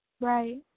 Right